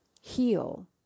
heal